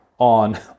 on